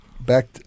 back